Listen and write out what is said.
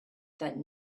that